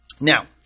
Now